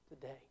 today